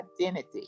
identity